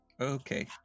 Okay